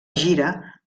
gira